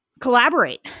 collaborate